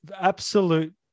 absolute